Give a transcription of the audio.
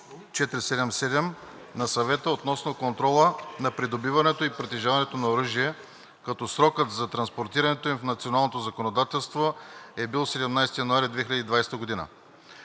91/477 на Съвета относно контрола на придобиването и притежаването на оръжие, като срокът за транспонирането им в националното законодателство е бил 17 януари 2020 г.